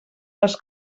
les